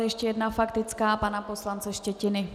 Ještě jedna faktická pana poslance Štětiny.